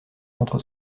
contre